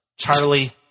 Charlie